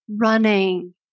running